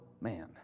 man